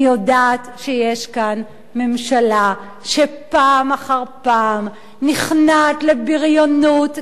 אני יודעת שיש כאן ממשלה שפעם אחר פעם נכנעת לבריונות,